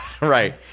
Right